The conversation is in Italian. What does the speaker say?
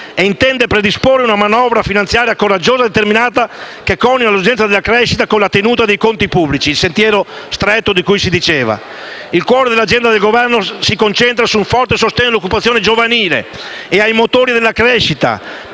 intende predisporre una manovra finanziaria coraggiosa e determinata, che coniughi l'esigenza della crescita con quella della tenuta dei conti pubblici (il sentiero stretto di cui si è parlato). Il cuore dell'agenda del Governo si concentra su un forte sostegno all'occupazione giovanile e ai motori della crescita,